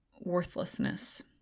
worthlessness